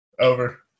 Over